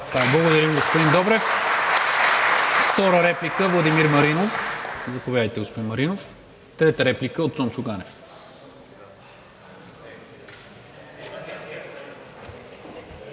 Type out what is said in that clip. Благодаря Ви, господин Добрев. Втора реплика – Владимир Маринов. Заповядайте, господин Маринов. Трета реплика – Цончо Ганев.